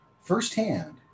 firsthand